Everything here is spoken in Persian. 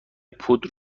پودر